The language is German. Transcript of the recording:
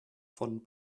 von